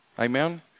Amen